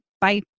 Bye